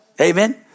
Amen